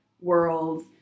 worlds